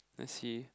let's see